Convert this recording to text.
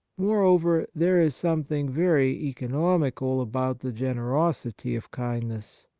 moreover, there is something very eco nomical about the generosity of kindness.